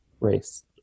race